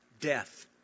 death